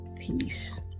peace